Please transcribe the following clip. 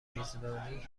میزبانی